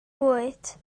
bwyd